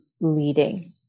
leading